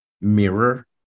mirror